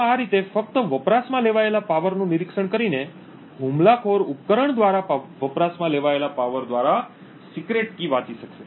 તો આ રીતે ફક્ત વપરાશમાં લેવાયેલા પાવરનું નિરીક્ષણ કરીને હુમલાખોર ઉપકરણ દ્વારા વપરાશમાં લેવાયેલા પાવર દ્વારા સિક્રેટ કી વાંચી શકશે